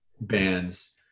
bands